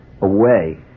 away